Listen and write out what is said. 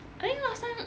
I think last time